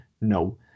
no